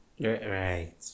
Right